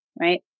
right